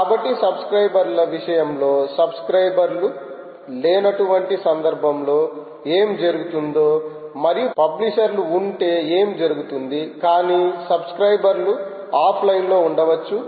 కాబట్టి సబ్స్క్రయిబర్ ల విషయం లో సబ్స్క్రయిబర్ లు లేనటువంటి సందర్భము లో ఏమి జరుగుతుంది మరియు పబ్లిషర్లు ఉంటే ఏమి జరుగుతుంది కాని సబ్స్క్రయిబర్ లు ఆఫ్లైన్ లో ఉండవచ్చు